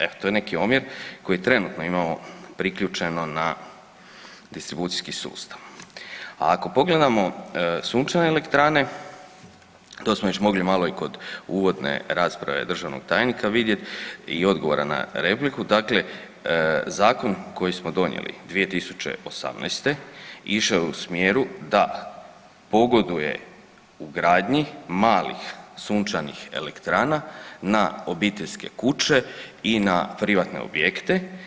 Evo, to je neki omjer koji trenutno imamo priključeno na distribucijski sustav, a ako pogledamo sunčane elektrane, to smo već mogli malo i kod uvodne rasprave državnog tajnika vidjeti i odgovora na repliku, dakle zakon koji smo donijeli 2018. išao je u smjeru da pogoduje ugradnji malih sunčanih elektrana na obiteljske kuće i na privatne objekte.